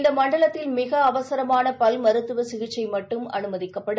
இந்த மண்டலத்தில் மிக அவசரமான பல் மருத்துவ சிகிச்சை மட்டும் அனுமதிக்கப்படும்